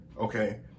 okay